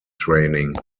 training